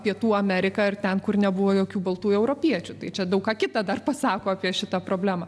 pietų amerika ir ten kur nebuvo jokių baltųjų europiečių tai čia daug ką kita dar pasako apie šitą problemą